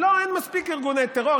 אין מספיק ארגוני טרור,